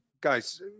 Guys